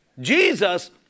Jesus